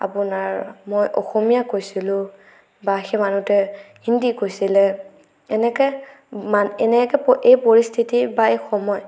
আপোনাৰ মই অসমীয়া কৈছিলোঁ বা সেই মানুহটোৱে হিন্দী কৈছিল এনেকে এনেকে এই পৰিস্থিতি বা এই সময়